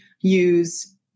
use